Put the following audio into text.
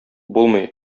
булмый